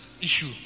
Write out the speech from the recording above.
issue